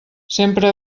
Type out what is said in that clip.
sempre